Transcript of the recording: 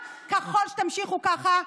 ככל שתמשיכו ככה,